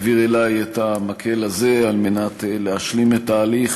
העביר אלי את המקל הזה על מנת להשלים את ההליך.